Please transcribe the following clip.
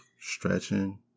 stretching